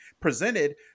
presented